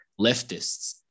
leftists